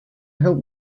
help